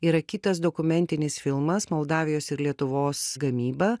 yra kitas dokumentinis filmas moldavijos ir lietuvos gamyba